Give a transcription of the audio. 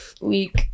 week